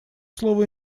слово